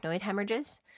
hemorrhages